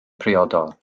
priodol